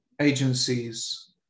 agencies